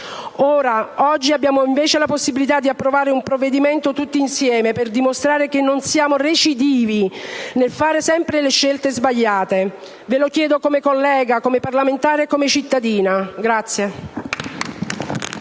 ora, oggi, abbiamo invece la possibilità di approvare un provvedimento tutti insieme, per dimostrare che non siamo recidivi nel fare sempre le scelte sbagliate. Ve lo chiedo come collega, come parlamentare e come cittadina.